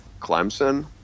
clemson